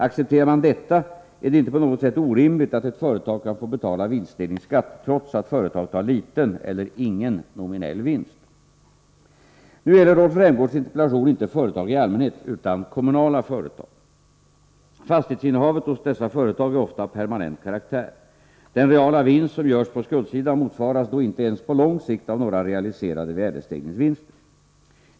Accepterar man detta är det inte på något sätt orimligt att ett företag kan få betala vinstdelningsskatt trots att företaget har liten eller ingen nominell vinst. Nu gäller Rolf Rämgårds interpellation inte företag i allmänhet utan kommunala företag. Fastighetsinnehavet hos dessa företag är ofta av permanent karaktär. Den reala vinst som görs på skuldsidan motsvaras då inte ens på lång sikt av några realiserade värdestegringsvinster.